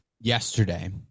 yesterday